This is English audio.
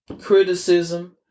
criticism